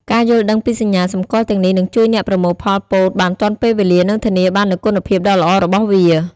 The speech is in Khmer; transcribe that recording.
ការយល់ដឹងពីសញ្ញាសម្គាល់ទាំងនេះនឹងជួយអ្នកប្រមូលផលពោតបានទាន់ពេលវេលា និងធានាបាននូវគុណភាពដ៏ល្អរបស់វា។